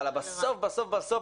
אבל בסוף בסוף בסוף,